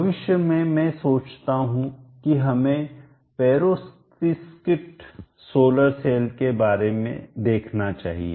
भविष्य में मैं सोचता हूं की हमें पेरोव्स्किट सोलर सेल के बारे में देखना चाहिए